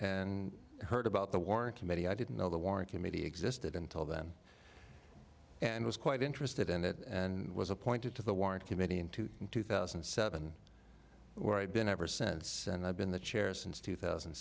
and heard about the war in committee i didn't know the warren committee existed until then and was quite interested in it and was appointed to the warrant committee into two thousand and seven where i've been ever since and i've been the chair since two thousand